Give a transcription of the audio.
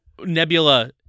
Nebula